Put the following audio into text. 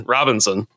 Robinson